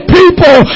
people